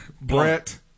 Brett